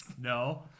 No